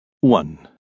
One